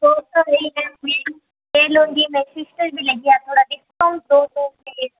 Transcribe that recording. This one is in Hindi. वो तो में ले लूँगी मेरी सिस्टर भी लेगी आप थोड़ा डिस्काउंट दो तो प्लीज